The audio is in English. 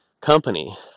company